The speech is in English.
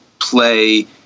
play